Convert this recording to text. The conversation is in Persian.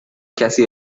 کسی